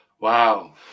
wow